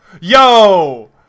Yo